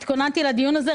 התכוננתי לדיון הזה,